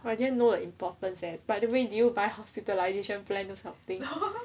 but I didn't know importance eh by the way did you buy hospitalisation plan you kind of thing